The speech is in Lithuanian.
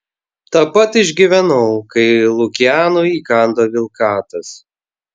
tą pat išgyvenau kai lukianui įkando vilkatas